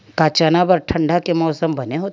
का चना बर ठंडा के मौसम बने होथे?